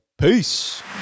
Peace